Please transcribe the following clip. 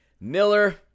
Miller